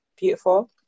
Beautiful